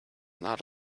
not